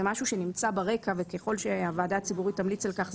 נמצא ברקע וככל שהוועדה הציבורית תמליץ על כך,